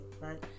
right